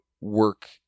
work